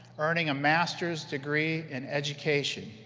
earning a master's degree in education.